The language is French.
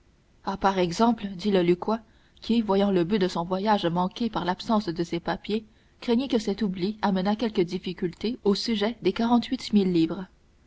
par exemple dit le lucquois qui voyant le but de son voyage manqué par l'absence de ses papiers craignait que cet oubli n'amenât quelque difficulté au sujet des quarante-huit mille livres